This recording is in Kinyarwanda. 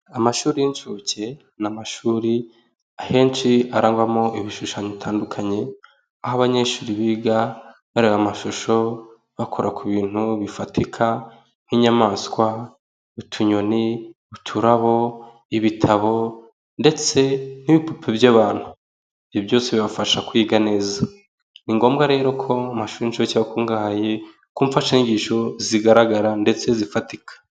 Amashuri y'incuke ni amashuri ahenshi arangwamo ibishushanyo bitandukanye, aho abanyeshuri biga bareba amashusho, bakora ku bintu bifatika nk'inyamaswa, utunyoni, uturabo, ibitabo, ndetse n'ibipupe by'abantu. Ibyo byose bibafasha kwiga neza. Ni ngombwa rero ko amashuri aba akungahaye ku mfashanyigisho zigaragara ndetse zifatika.